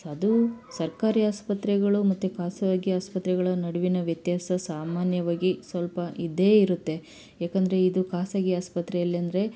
so ಅದು ಸರ್ಕಾರಿ ಆಸ್ಪತ್ರೆಗಳು ಮತ್ತು ಖಾಸಗಿ ಆಸ್ಪತ್ರೆಗಳ ನಡುವಿನ ವ್ಯತ್ಯಾಸ ಸಾಮಾನ್ಯವಾಗಿ ಸ್ವಲ್ಪ ಇದ್ದೇ ಇರುತ್ತೆ ಯಾಕಂದರೆ ಇದು ಖಾಸಗಿ ಆಸ್ಪತ್ರೆಯಲ್ಲಂದ್ರೆ